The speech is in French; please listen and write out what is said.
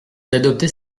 d’adopter